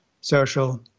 social